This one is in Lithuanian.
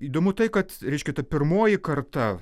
įdomu tai kad reiškia ta pirmoji karta